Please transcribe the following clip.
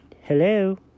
Hello